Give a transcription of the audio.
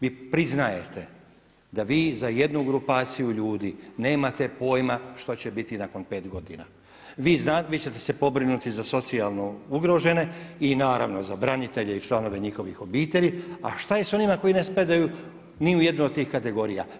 Vi priznajete da vi za jednu grupaciju ljudi nemate pojma što će biti nakon 5 g. Vi ćete se pobrinuti za socijalnu ugrožene i naravno za branitelje i članove njihovih obitelji, a šta je s onima koji ne spadaju ni u jednu od tih kategorija.